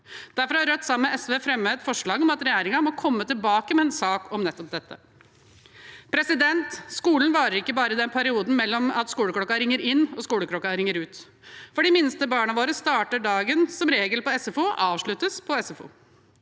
Derfor har Rødt, sammen med SV, fremmet et forslag om at regjeringen må komme tilbake med en sak om nettopp dette. Skolen varer ikke bare i den perioden mellom at skoleklokken ringer inn og skoleklokken ringer ut. For de minste barna våre starter dagen som regel på SFO og avsluttes på SFO.